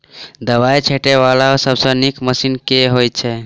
दवाई छीटै वला सबसँ नीक मशीन केँ होइ छै?